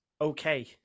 okay